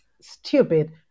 stupid